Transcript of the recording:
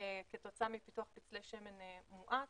כתוצאה מפיתוח פצלי שמן מואץ,